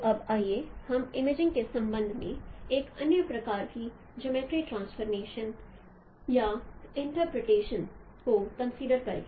तो अब आइए हम इमेजिंग के संबंध में एक अन्य प्रकार की जियोमर्ट्री इंफॉर्मेशन या इंटरप्रेटेशन को कंसीडर करें